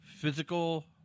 physical